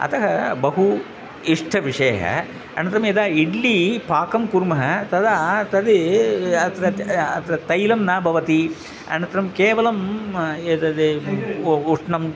अतः बहु इष्टविषयः अनन्तरं यदा इड्लि पाकं कुर्मः तदा तद् अत्र अत्र तैलं न भवति अनन्तरं केवलम् एतद् उ उष्णम्